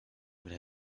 would